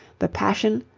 the passion,